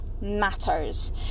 matters